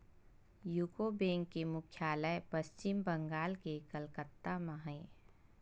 UCO bank के मुख्यालय पस्चिम बंगाल के कलकत्ता म हे